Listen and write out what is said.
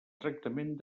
tractament